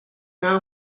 now